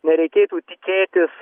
nereikėtų tikėtis